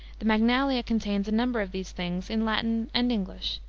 the magnalia contains a number of these things in latin and english,